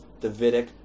Davidic